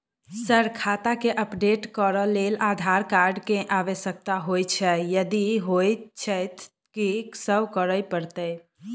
Sir खाता केँ update करऽ लेल आधार कार्ड केँ आवश्यकता होइ छैय यदि होइ छैथ की सब करैपरतैय?